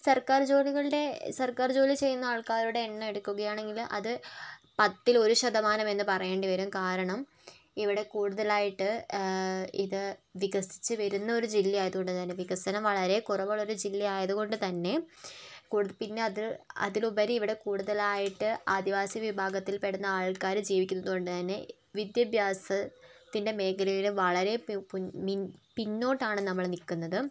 സർക്കാർ ജോലി ചെയ്യുന്ന ആൾക്കാരുടെ എണ്ണമെടുക്കുകയാണെങ്കില് അത് പത്തിലൊരു ശതമാനമെന്ന് പറയേണ്ടിവരും കാരണം ഇവിടെ കൂടുതലായിട്ട് ഇത് വികസിച്ച് വരുന്നൊരു ജില്ലയായത് കൊണ്ടുതന്നെ വികസനം വളരെ കുറവുള്ളൊരു ജില്ലയായതുകൊണ്ട് തന്നെ പിന്നെ അതിലുപരി ഇവിടെ കൂടുതലായിട്ട് ആദിവാസി വിഭാഗത്തിൽപ്പെടുന്ന ആൾക്കാര് ജീവിക്കുന്നത് കൊണ്ടുതന്നെ വിദ്യാഭ്യാസത്തിന്റെ മേഖലയില് വളരെ പിന്നോട്ടാണ് നമ്മള് നില്ക്കുന്നത്